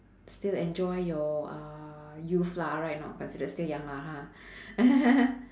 still enjoy your uh youth lah right or not considered still young lah ha